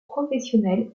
professionnel